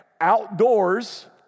outdoors